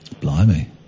Blimey